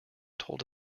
told